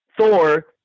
Thor